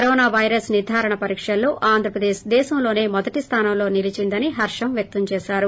corona virus నిర్దారణ పరీక్షల్లో ఆంధ్రప్రదేశ్ దేశంలోసే మొదటి స్టానంలో నిలీచిందని హర్షం వ్యక్తం చేసారు